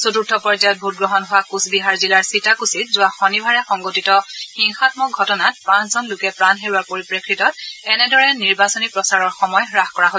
চতুৰ্থ পৰ্যায়ত ভোটগ্ৰহণ হোৱা কোচবিহাৰ জিলাৰ ছিতাকচীত যোৱা শনিবাৰে সংঘটিত সংঘটিত হিংসাম্মক ঘটনাত পাঁচজন লোকে প্ৰাণ হেৰুওৱাৰ পৰিপ্ৰেক্ষিতত এনেদৰে নিৰ্বাচনী প্ৰচাৰৰ সময় হ্ৰাস কৰা হয়